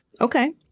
Okay